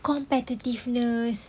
competitiveness